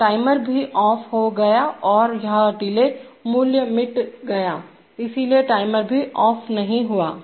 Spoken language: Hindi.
तो टाइमर भी ऑफहो गया और वह डिले मूल्य मिट गया इसलिए टाइमर कभी ऑफ नहीं हुआ